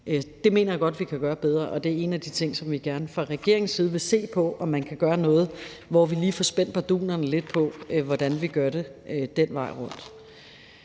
Det mener jeg godt at vi kan gøre bedre, og det er en af de ting, som vi fra regeringens side gerne vil se på: Kan man gøre noget, så vi lige får spændt bardunerne lidt, i forhold til hvordan vi gør det den vej rundt?